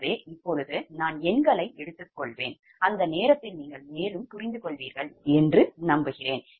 எனவே இப்போது நான் எண்களை எடுத்துக்கொள்வேன் அந்த நேரத்தில் நீங்கள் மேலும் புரிந்துகொள்வீர்கள் என்று நம்புகிறேன்